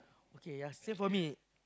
okay ya same for me